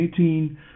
2018